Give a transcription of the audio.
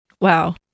Wow